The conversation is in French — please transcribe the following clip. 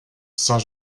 saint